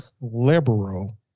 liberal